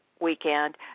weekend